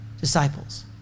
disciples